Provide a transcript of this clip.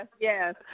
yes